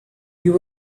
you